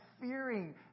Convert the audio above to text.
fearing